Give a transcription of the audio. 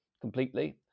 completely